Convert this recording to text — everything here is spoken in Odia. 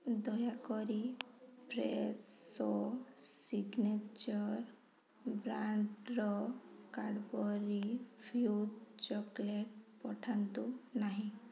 ଦୟାକରି ଫ୍ରେଶୋ ସିଗ୍ନେଚର୍ ବ୍ରାଣ୍ଡ୍ର କାଡ଼ବରି ଫ୍ୟୁଜ୍ ଚକଲେଟ୍ ପଠାନ୍ତୁ ନାହିଁ